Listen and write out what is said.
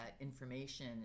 information